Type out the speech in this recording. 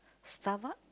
Starbucks